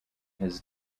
his